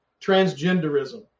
transgenderism